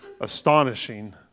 astonishing